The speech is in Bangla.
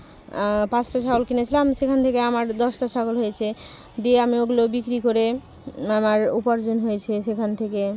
পাঁচটা ছাগল কিনেছিলাম সেখান থেকে আমার দশটা ছাগল হয়েছে দিয়ে আমি ওগুলো বিক্রি করে আমার উপার্জন হয়েছে সেখান থেকে